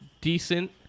decent